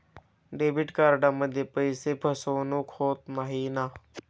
Debit कार्डमध्ये पैसे फसवणूक होत नाही ना?